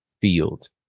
field